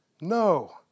No